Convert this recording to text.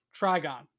Trigon